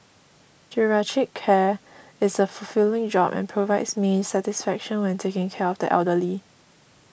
geriatric care is a fulfilling job and provides me satisfaction when taking care of the elderly